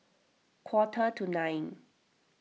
quarter to nine